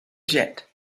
jet